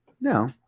No